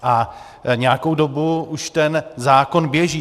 A nějakou dobu už ten zákon běží.